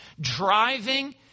driving